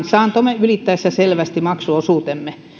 saantomme ylittäessä selvästi maksuosuutemme